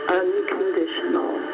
unconditional